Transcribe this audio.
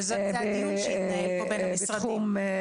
וזה הדיון שהתנהל פה בין המשרדים.